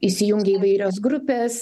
įsijungia įvairios grupės